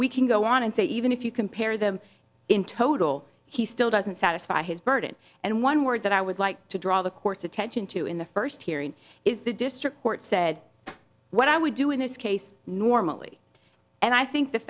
we can go on and say even if you compare them in total he still doesn't satisfy his burden and one word that i would like to draw the court's attention to in the first hearing is the district court said what i would do in this case normally and i think the